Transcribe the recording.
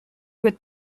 with